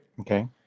okay